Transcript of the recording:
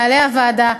מנהלי הוועדה,